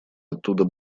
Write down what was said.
оттуда